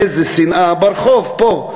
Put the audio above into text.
איזו שנאה ברחוב פה.